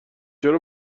چرا